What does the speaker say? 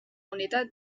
unitat